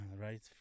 right